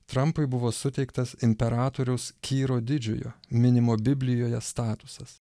trampui buvo suteiktas imperatoriaus kyro didžiojo minimo biblijoje statusas